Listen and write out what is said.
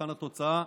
במבחן התוצאה